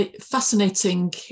Fascinating